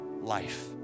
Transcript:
life